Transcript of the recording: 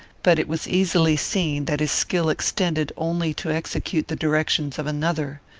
but it was easily seen that his skill extended only to execute the directions of another.